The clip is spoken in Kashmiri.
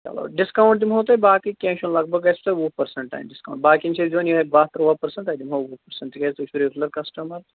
چلو ڈِسکاوُنٛٹ دِمہو تۄہہِ باقٕے کیٚنٛہہ چھُنہٕ لگ بگ گٔژھوٕ تۄہہِ وُہ پٔرسَنٹ تانۍ ڈِسکاوُنٛٹ باقیَن چھِ أسۍ دِوان یِہےَ باہ تٕرٛواہ پٔرسَنٛٹ تۅہہِ دِمہو وُہ پٔرسَنٹ تِکیٛازِ تُہۍ چھُو رگیٛوٗلَر کَسٹٕمَر